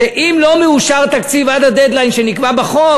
שאם לא מאושר התקציב עד ה"דד-ליין" שנקבע בחוק,